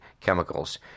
chemicals